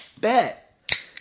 bet